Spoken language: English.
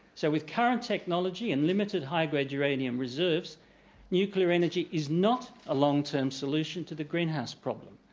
so with current technology and limited high-grade uranium reserves nuclear energy is not a long-term solution to the greenhouse problem.